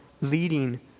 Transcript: leading